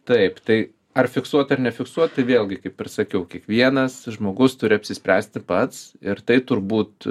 taip tai ar fiksuot ar nefiksuot tai vėlgi kaip ir sakiau kiekvienas žmogus turi apsispręsti pats ir tai turbūt